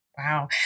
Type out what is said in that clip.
Wow